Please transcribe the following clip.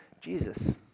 Jesus